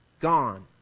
Gone